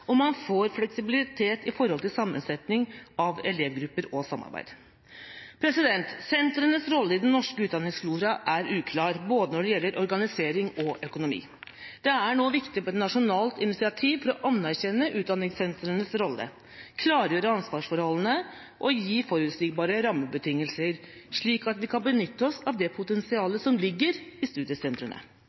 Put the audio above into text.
og man får fleksibilitet i forhold til sammensetning av elevgrupper og samarbeid. Sentrenes rolle i den norske utdanningsflora er uklar både når det gjelder organisering og økonomi. Det er nå viktig – på nasjonalt initiativ – å anerkjenne utdanningssentrenes rolle, klargjøre ansvarsforholdene og gi forutsigbare rammebetingelser, slik at vi kan benytte oss av det potensialet som ligger i studiesentrene.